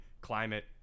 climate